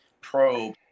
probe